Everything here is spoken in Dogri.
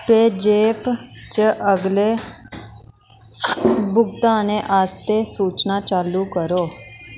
पेऽज़ैप च अगले भुगतानें आस्तै सूचना चालू करो